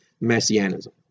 messianism